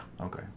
Okay